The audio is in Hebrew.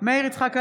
מאיר יצחק הלוי,